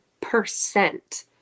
percent